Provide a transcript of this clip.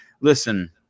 listen